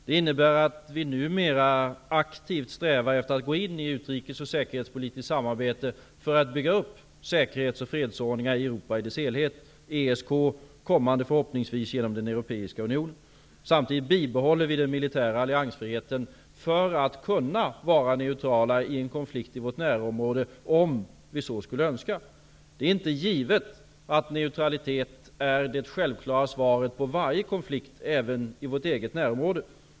Det innebär att vi numera aktivt strävar efter att gå in i ett utrikes och säkerhetspolitiskt samarbete för att bygga upp säkerhets och fredsordningar i Europa i dess helhet genom ESK och den förhoppningsvis kommande Europeiska unionen. Samtidigt bibehåller vi den militära alliansfriheten för att kunna vara neutrala i en konflikt i vårt närområde, om vi så skulle önska. Det är inte givet att neutralitet är ett självklart svar på varje konflikt även i vårt eget närområde.